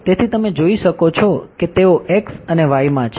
તેથી તમે જોઈ શકો છો કે તેઓ x અને y માં છે